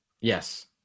Yes